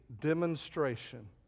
demonstration